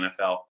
NFL